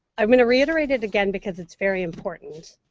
i mean to reiterate it again because it's very important.